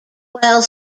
while